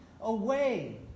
away